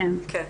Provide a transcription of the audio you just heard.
ב"זום".